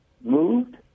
moved